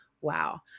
wow